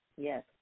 Yes